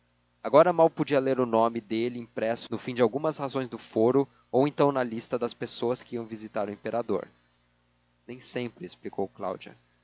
agora mal podia ler o nome dele impresso no fim de algumas razões do foro ou então na lista das pessoas que iam visitar o imperador nem sempre explicou d cláudia